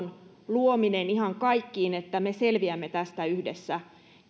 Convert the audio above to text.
luominen ihan kaikkiin että me selviämme tästä yhdessä